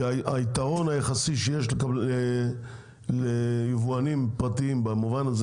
כי היתרון היחסי שיש ליבואנים פרטיים במובן הזה